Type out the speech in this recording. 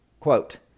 Quote